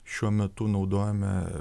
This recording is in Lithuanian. šiuo metu naudojame